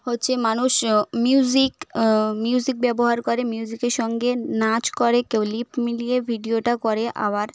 হচ্ছে মানুষ music music ব্যবহার করে মিউজিকের সঙ্গে নাচ করে কেউ লিপ মিলিয়ে ভিডিওটা করে আবার